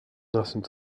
nothing